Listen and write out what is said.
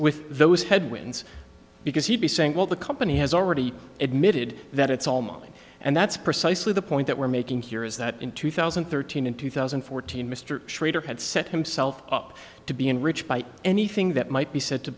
with those headwinds because he'd be saying well the company has already admitted that it's all mine and that's precisely the point that we're making here is that in two thousand and thirteen in two thousand and fourteen mr schrader had set himself up to be enriched by anything that might be said to